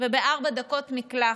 ובארבע דקות מקלחת,